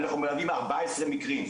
אנחנו מלווים 14 מקרים,